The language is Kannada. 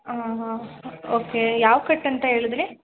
ಹಾಂ ಹಾಂ ಓಕೆ ಯಾವ ಕಟ್ ಅಂತ ಹೇಳಿದ್ರಿ